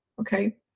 Okay